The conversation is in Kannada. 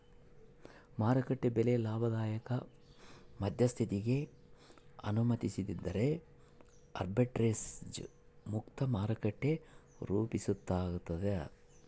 ಮಾರುಕಟ್ಟೆ ಬೆಲೆ ಲಾಭದಾಯಕ ಮಧ್ಯಸ್ಥಿಕಿಗೆ ಅನುಮತಿಸದಿದ್ದರೆ ಆರ್ಬಿಟ್ರೇಜ್ ಮುಕ್ತ ಮಾರುಕಟ್ಟೆ ರೂಪಿತಾಗ್ತದ